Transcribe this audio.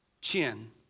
chin